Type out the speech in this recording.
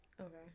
Okay